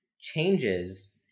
changes